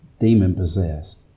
demon-possessed